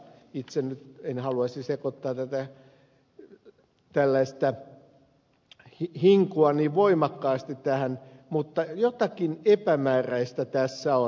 itse nyt en haluaisi sekoittaa tätä tällaista hinkua niin voimakkaasti tähän mutta jotakin epämääräistä tässä on